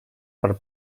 per